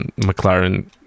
McLaren